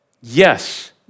Yes